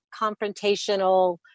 confrontational